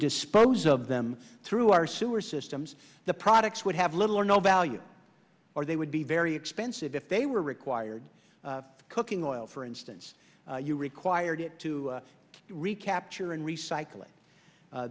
dispose of them through our sewer systems the products would have little or no value or they would be very expensive if they were required cooking oil for instance you required it to recapture and recycl